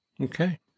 Okay